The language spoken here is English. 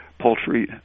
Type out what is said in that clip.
poultry